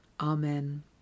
Amen